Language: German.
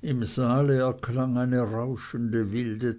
im saale erklang eine rauschende wilde